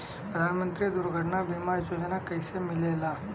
प्रधानमंत्री दुर्घटना बीमा योजना कैसे मिलेला?